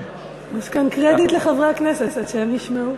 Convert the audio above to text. יש כאן קרדיט לחברי הכנסת, שהם ישמעו.